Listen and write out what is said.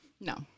No